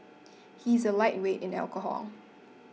he is a lightweight in alcohol